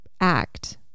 act